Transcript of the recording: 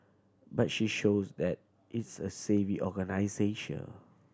but she shows that is a savvy